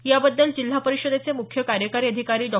याबद्दल जिल्हा परिषदेचे मुख्य कार्यकारी अधिकारी डॉ